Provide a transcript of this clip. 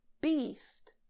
beast